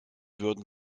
würden